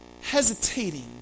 hesitating